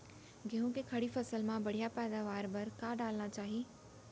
गेहूँ के खड़ी फसल मा बढ़िया पैदावार बर का डालना चाही?